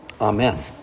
Amen